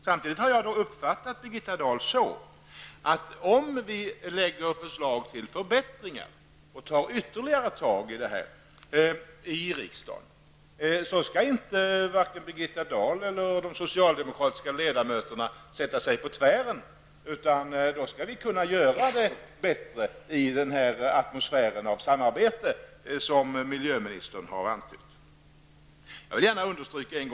Samtidigt har jag uppfattat Birgitta Dahl så, att om vi i riksdagen lägger fram förslag till förbättringar, så skall varken Birgitta Dahl eller de socialdemokratiska ledamöterna sätta sig på tvären. Vi skall alltså i denna atmosfär av samarbete, som miljöministern har antytt, kunna göra det hela bättre.